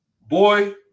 Boy